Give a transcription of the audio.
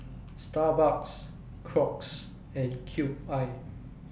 Starbucks Crocs and Cube I